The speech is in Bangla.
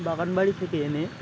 বাগানবাড়ি থেকে এনে